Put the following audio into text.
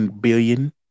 billion